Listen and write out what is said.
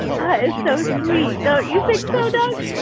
is so sweet. don't you think so, doug?